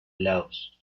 laos